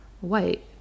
White